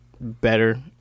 better